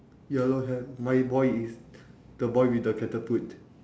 yellow hair my boy is the boy with the catapult